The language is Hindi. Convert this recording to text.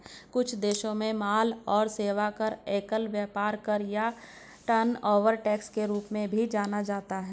कुछ देशों में माल और सेवा कर, एकल व्यापार कर या टर्नओवर टैक्स के रूप में भी जाना जाता है